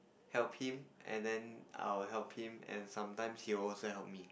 help him and then I will help him and sometimes he will also help me